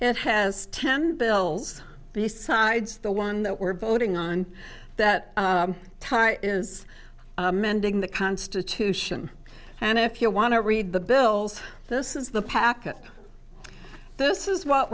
and has ten bills besides the one that we're voting on that tara is mending the constitution and if you want to read the bills this is the packet this is what